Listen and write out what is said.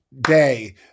day